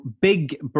big